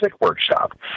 Workshop